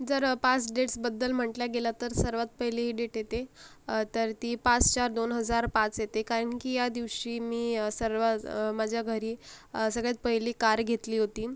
जर पाच डेट्सबद्दल म्हटलं गेलं तर सर्वात पहिली डेट येते तर ती पाच चार दोन हजार पाच येते कारण की या दिवशी मी सर्वात माझ्या घरी सगळ्यात पहिली कार घेतली होती